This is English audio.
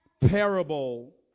parable